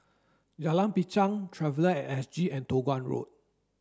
Jalan Binchang Traveller at S G and Toh Guan Road